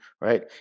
right